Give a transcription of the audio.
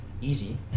easy